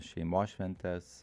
šeimos šventes